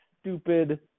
stupid –